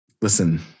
listen